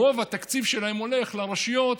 רוב התקציב שלהם הולך לרשויות